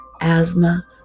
asthma